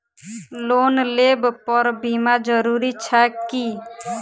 Loan लेबऽ पर बीमा जरूरी छैक की?